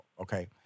okay